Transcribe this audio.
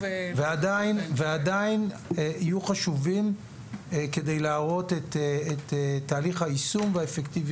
ועדיין יהיו חשובים כדי להראות את תהליך היישום והאפקטיביות